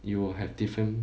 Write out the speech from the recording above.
you will have different